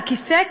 על כיסא,